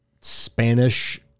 Spanish